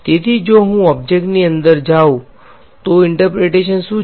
તેથી જો હું ઓબ્જેક્ટની અંદર જાઉં તો ઈંટર્પ્રેટેશન શુ છે